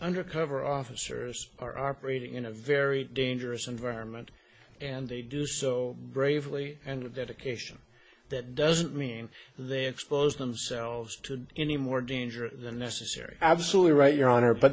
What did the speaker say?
undercover officers are operating in a very dangerous environment and they do so bravely and with dedication that doesn't mean they expose themselves to any more danger than necessary absolutely right your honor but